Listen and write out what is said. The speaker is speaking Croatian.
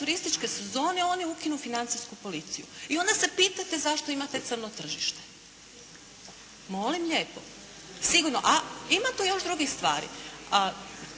turističke sezone oni ukinu Financijsku policiju. I onda se pitate zašto imate crno tržište. Molim lijepo. Sigurno, a ima tu još drugih stvari.